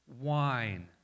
wine